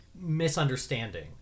misunderstanding